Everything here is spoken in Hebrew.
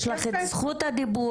יש לך את זכות הדיבור,